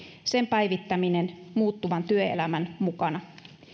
sen päivittäminen muuttuvan työelämän mukana